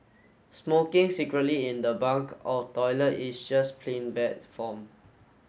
smoking secretly in the bunk or toilet is just plain bad form